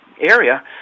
area